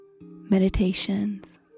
Meditations